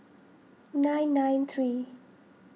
nine nine three